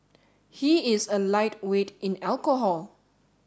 he is a lightweight in alcohol